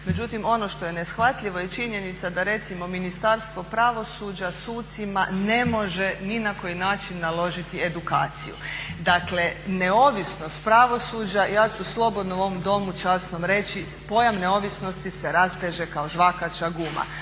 Međutim, ono što je neshvatljivo je činjenica da recimo Ministarstvo pravosuđa sucima ne može ni na koji način naložiti edukaciju. Dakle, neovisnost pravosuđa, ja ću slobodno u ovom Domu časnom reći pojam neovisnosti se rasteže kao žvakača guma.